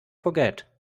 forget